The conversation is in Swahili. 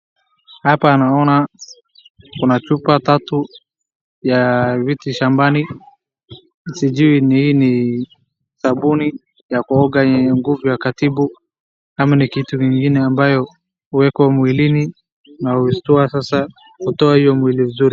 Hapa naona kuna chupa tatu ya miti shambani sijui hii ni sabuni ya kuoga yenye nguvu ya katibu ama ni kitu ingine ambayo huekwa mwilini na hushtua sasa, hutoa hiyo mwili nzuri.